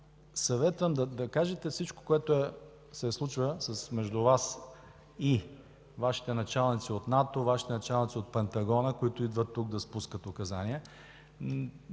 съветвам да кажете всичко, което се случва между Вас и Вашите началници от НАТО, от Пентагона, които идват тук да спускат указания.